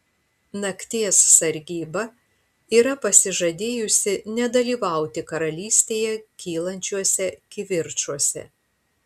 nakties sargyba yra pasižadėjusi nedalyvauti karalystėje kylančiuose kivirčuose